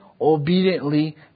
obediently